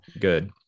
good